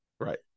Right